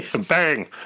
bang